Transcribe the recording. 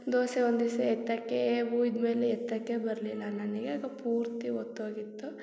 ದೋಸೆ ಒಂದು ದಿವ್ಸ ಎತ್ತಕ್ಕೇ ಹುಯ್ದ ಮೇಲೆ ಎತ್ತಕ್ಕೇ ಬರಲಿಲ್ಲ ನನಗೆ ಆಗ ಪೂರ್ತಿ ಹೊತ್ತೋಗಿತ್ತು